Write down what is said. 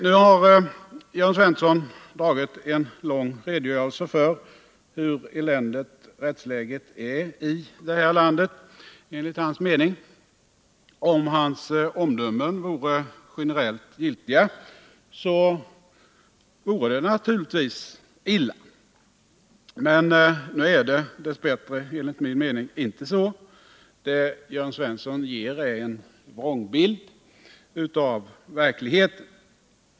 Nu har Jörn Svensson lämnat en lång redogörelse för hur eländigt rättsläget enligt hans mening är i det här landet. Om hans omdömen vore generellt giltiga, skulle det naturligtvis vara illa. Men enligt min mening är det dess bättre inte så. Jörn Svensson ger en vrångbild av verkligheten.